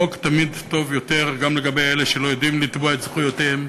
חוק תמיד טוב יותר גם לגבי אלה שלא יודעים לתבוע את זכויותיהם,